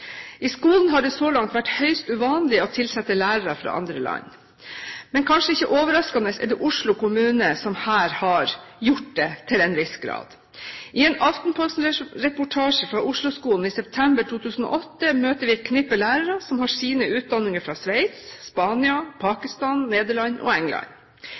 I skolen har det så langt vært høyst uvanlig å tilsette lærere fra andre land, men kanskje ikke overraskende er det Oslo kommune som har gjort det til en viss grad. I en Aftenposten-reportasje fra Oslo-skolen i september 2008 møtte vi et knippe lærere som hadde sine utdanninger fra Sveits, Spania, Pakistan, Nederland og England.